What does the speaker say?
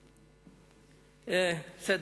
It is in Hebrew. בסדר.